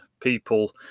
people